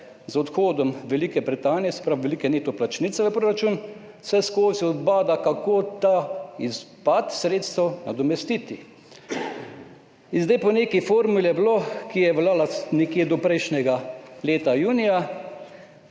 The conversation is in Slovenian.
od odhoda Velike Britanije, se pravi velike neto plačnice v proračun, vseskozi ubada, kako ta izpad sredstev nadomestiti. Po neki formuli, ki je veljala nekje do prejšnjega leta junija,